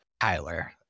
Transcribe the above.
tyler